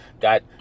Got